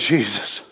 Jesus